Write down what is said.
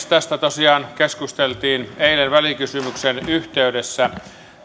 tästä tosiaan keskusteltiin eilen välikysymyksen yhteydessä